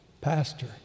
pastor